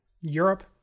Europe